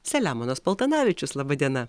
selemonas paltanavičius laba diena